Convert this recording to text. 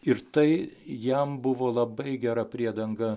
ir tai jam buvo labai gera priedanga